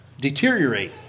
deteriorate